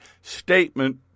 statement